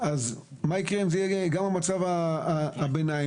מה יקרה אם יהיה מצב ביניים?